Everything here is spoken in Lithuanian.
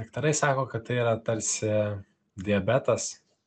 daktarai sako kad tai yra tarsi diabetas